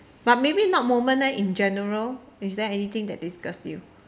but maybe not moment eh in general is there anything that disgust you